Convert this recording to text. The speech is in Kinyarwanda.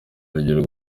urugero